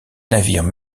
navires